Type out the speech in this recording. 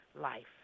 life